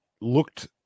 looked